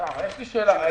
--- יש לי שאלה.